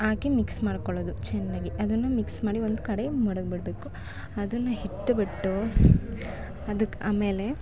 ಹಾಕಿ mix ಮಾಡ್ಕೊಳೋದು ಚೆನ್ನಾಗಿ ಅದನ್ನು ಮಿಕ್ಸ್ ಮಾಡಿ ಒಂದು ಕಡೆ ಮಡಗ್ಬಿಡಬೇಕು ಅದನ್ನು ಇಟ್ಬಿಟ್ಟು ಅದಕ್ಕೆ ಆಮೇಲೆ